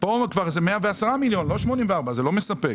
זה 110 מיליון, לא 84. זה לא מספק.